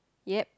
yep